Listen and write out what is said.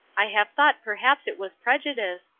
i have thought perhaps it was prejudice,